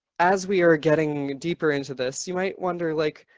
as we are getting deeper into this, you might wonder, like,